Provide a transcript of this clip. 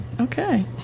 Okay